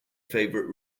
favorite